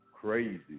crazy